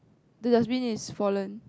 the dustbin is fallen